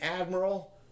admiral